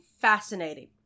fascinating